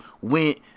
went